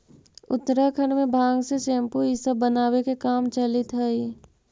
उत्तराखण्ड में भाँग से सेम्पू इ सब बनावे के काम चलित हई